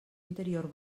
interior